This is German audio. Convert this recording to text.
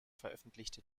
veröffentlichte